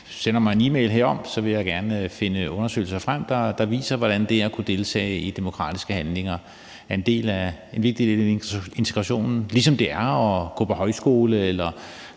sender mig en e-mail herom, finde undersøgelser frem, der viser, hvordan det at kunne deltage i demokratiske handlinger er en vigtig del af integrationen, ligesom det er at gå på højskole eller